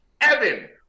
evan